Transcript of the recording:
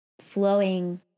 flowing